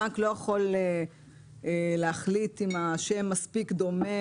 הבנק לא יכול להחליט אם השם מספיק דומה